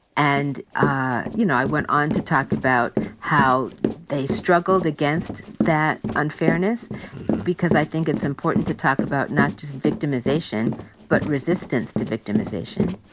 and, ah you know, i went on to talk about how they struggled against that unfairness because i think it's important to talk about not just victimization but resistance to victimization.